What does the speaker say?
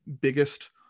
biggest